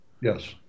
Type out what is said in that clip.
Yes